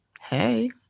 hey